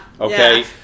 okay